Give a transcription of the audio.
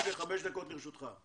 שלחנו להם ולנתג"ז מכתב בעניין הזה.